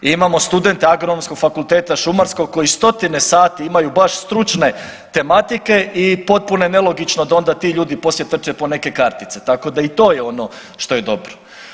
Imamo studente Agronomskog fakulteta, šumarskog koji stotine sati imaju baš stručne tematike i potpuno je nelogično da onda ti ljudi poslije trče po neke kartice, tako da i to je ono što je dobro.